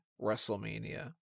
WrestleMania